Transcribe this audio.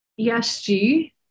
ESG